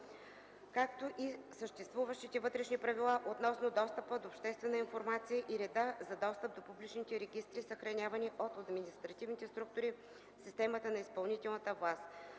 както и съществуващите вътрешни правила относно достъпа до обществена информация и реда за достъп до публичните регистри, съхранявани от административните структури в системата на изпълнителната власт.